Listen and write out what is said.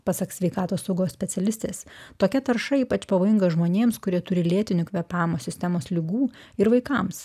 pasak sveikatos saugos specialistės tokia tarša ypač pavojinga žmonėms kurie turi lėtinių kvėpavimo sistemos ligų ir vaikams